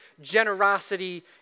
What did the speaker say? generosity